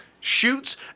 Shoots